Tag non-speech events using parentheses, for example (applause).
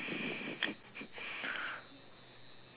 (laughs)